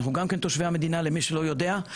אנחנו גם תושבי המדינה למי שלא יודע,